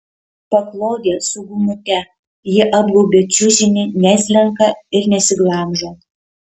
paklodė su gumute ji apgaubia čiužinį neslenka ir nesiglamžo